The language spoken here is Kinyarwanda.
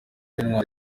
w’intwari